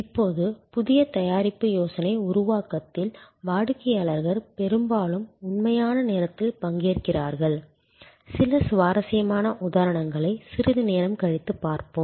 இப்போது புதிய தயாரிப்பு யோசனை உருவாக்கத்தில் வாடிக்கையாளர்கள் பெரும்பாலும் உண்மையான நேரத்தில் பங்கேற்கிறார்கள் சில சுவாரஸ்யமான உதாரணங்களை சிறிது நேரம் கழித்து பார்ப்போம்